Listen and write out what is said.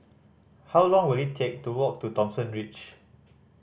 how long will it take to walk to Thomson Ridge